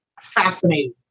fascinating